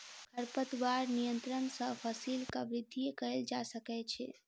खरपतवार नियंत्रण सॅ फसीलक वृद्धि कएल जा सकै छै